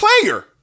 player